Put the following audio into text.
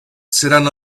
seran